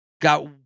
got